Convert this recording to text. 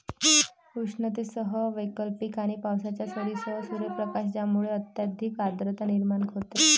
उष्णतेसह वैकल्पिक आणि पावसाच्या सरींसह सूर्यप्रकाश ज्यामुळे अत्यधिक आर्द्रता निर्माण होते